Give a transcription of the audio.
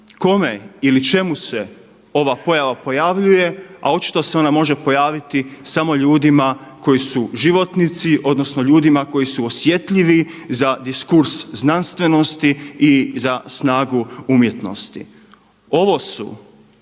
kome ili čemu se ova pojava pojavljuje, a očito se ona može pojaviti samo ljudima koji su životnici odnosno ljudima koji su osjetljivi za diskurs znanstvenosti i za snagu umjetnosti. Ovo su